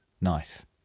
nice